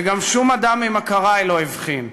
וגם שום אדם ממכרי לא הבחין,